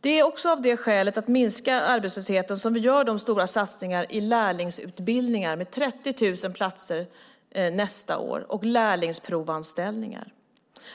Det är också för att minska arbetslösheten som vi gör stora satsningar på lärlingsutbildningar med 30 000 platser nästa år samt lärlingsprovanställningar.